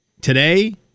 today